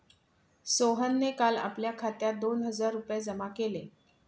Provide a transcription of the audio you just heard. सोहनने काल आपल्या खात्यात दोन हजार रुपये जमा केले